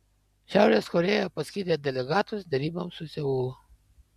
šiaurės korėja paskyrė delegatus deryboms su seulu